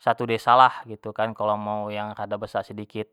satu desa lah kalau mau yang agak besak sedikit.